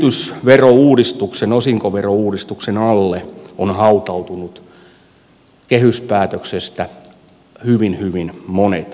tämän yritysverouudistuksen osinkoverouudistuksen alle ovat hautautuneet kehyspäätöksestä hyvin hyvin monet asiat